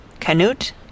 Canute